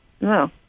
No